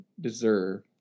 deserve